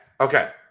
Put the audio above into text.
Okay